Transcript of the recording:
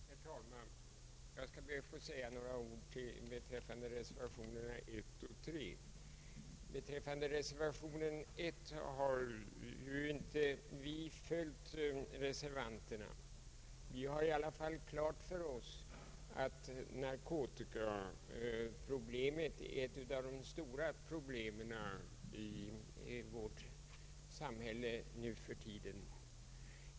Herr talman! Jag skall be att få säga några ord beträffande reservationerna 1 och 3. Vad reservation 1 beträffar har mitt parti inte anslutit sig till den. Vi har emellertid klart för oss att narkotikaproblemet är ett av de stora problemen i vårt samhälle nu för tiden.